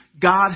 God